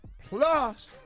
Plus